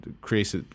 creates